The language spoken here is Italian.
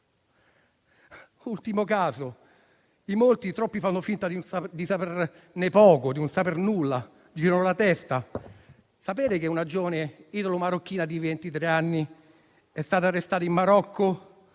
ultimo caso (in molti, troppi, fanno finta di saperne poco o nulla, girano la testa): sapete che una giovane italo-marocchina di ventitré anni è stata arrestata in Marocco